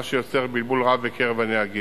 מה שיוצר בלבול רב בקרב הנהגים.